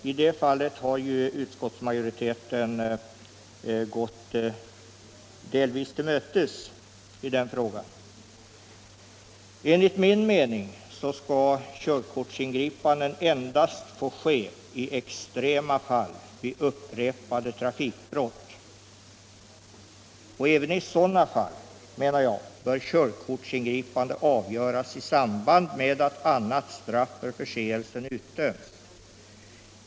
I den frågan har utskottsmajoriteten delvis gått mig till mötes. Enligt min mening skall körkortsingripanden endast få ske i extrema fall vid upprepade trafikbrott. Och även i sådana fall bör körkortsingripandena avgöras i samband med att straffet för förseelsen utdöms.